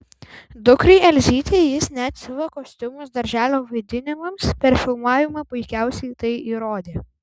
dukrai elzytei jis net siuva kostiumus darželio vaidinimams per filmavimą puikiausiai tai įrodė